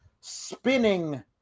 spinning